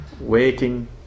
Waking